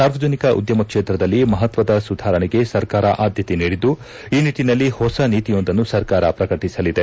ಸಾರ್ವಜನಿಕ ಉದ್ಯಮ ಕ್ಷೇತ್ರದಲ್ಲಿ ಮಹತ್ವದ ಸುಧಾರಣೆಗೆ ಸರ್ಕಾರ ಆದ್ಯತೆ ನೀಡಿದ್ದು ಈ ನಿಟ್ಟನಲ್ಲಿ ಹೊಸ ನೀತಿಯೊಂದನ್ನು ಸರ್ಕಾರ ಪ್ರಕಟಿಸಲಿದೆ